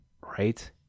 Right